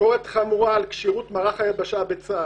ביקורת חמורה על כשירות מערך היבשה בצה"ל".